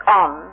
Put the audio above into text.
on